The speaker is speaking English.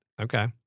Okay